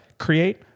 create